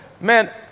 man